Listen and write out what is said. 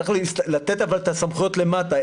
צריך אבל לתת את הסמכויות למטה.